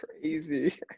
Crazy